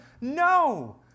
No